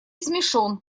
смешон